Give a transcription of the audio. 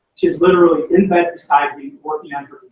she's literally in bed beside me working and